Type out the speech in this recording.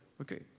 Okay